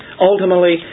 Ultimately